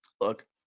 look